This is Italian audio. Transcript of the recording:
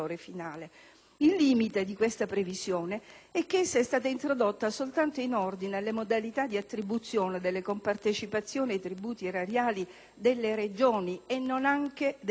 Il limite di tale previsione è che essa è stata introdotta soltanto in ordine alle modalità di attribuzione delle compartecipazioni ai tributi erariali delle Regioni e non anche dei Comuni,